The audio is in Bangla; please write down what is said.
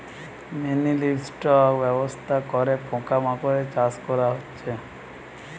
মিনিলিভস্টক ব্যবস্থা করে পোকা মাকড়ের চাষ করা হচ্ছে